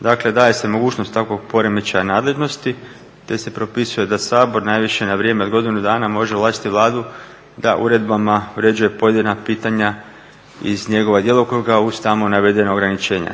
Dakle, daje se mogućnost takvog poremećaja nadležnosti te se propisuje da Sabor najviše na vrijeme od godinu dana može ovlastiti Vladu da uredbama uređuje pojedina pitanja iz njegova djelokruga uz tamo navedena ograničenja.